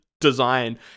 design